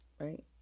right